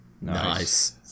Nice